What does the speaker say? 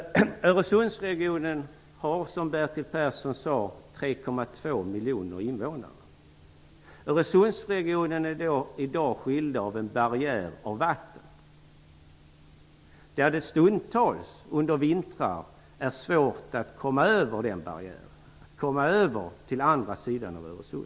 Öresundsregionen har, som Bertil Persson sade, 3,2 miljoner invånare. Genom Öresundsregionen går en barriär av vatten, som det vintertid stundtals är svårt att komma över.